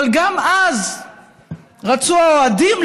אבל אז רצו האוהדים,